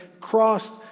crossed